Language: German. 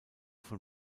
von